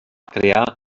crear